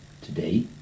today